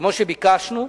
כמו שביקשנו,